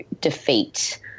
defeat